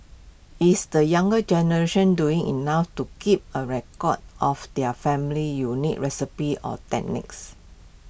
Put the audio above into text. is the younger generation doing enough to keep A record of their family's unique recipes or techniques